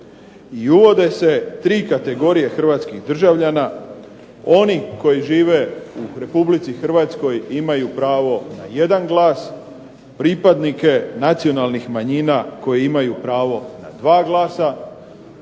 uvode se tri kategorije hrvatskih državljana, oni koji žive u Republici Hrvatskoj imaju pravo na jedan glas, pripadnike nacionalnih manjina koji imaju pravo na dva glasa,